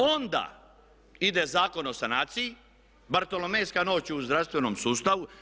Onda ide Zakon o sanaciji, bartolomejska noć u zdravstvenom sustavu.